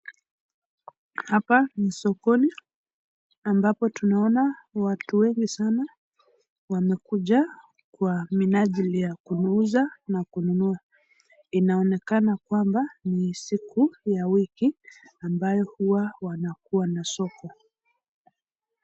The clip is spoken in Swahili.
Hapa ni sokoni ambapo tunaona watu wengi sana wamekuja kwa minajli ya kuuza na kununua. Inaonekana kwamba ni siku ya wiki ambayo huwa wanakua na soko.